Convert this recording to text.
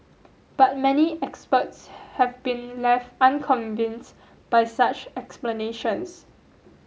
but many experts have been left unconvinced by such explanations